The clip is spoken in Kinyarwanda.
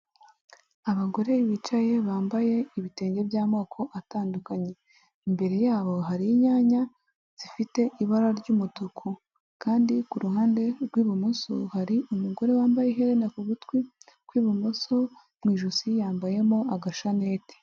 Abagore bicaye bambaye ibitenge by'amoko atandukanye imbere yabo hari inyanya zifite ibara ry'umutuku, kandi kuruhande rw'ibumoso hari umugore wambaye iherena ku gutwi kw'ibumoso, mu ijosi yambayemo agashaneti.